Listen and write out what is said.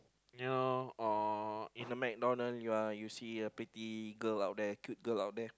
you know or in the MacDonald's you are you see a pretty girl out there cute girl out there